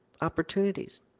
opportunities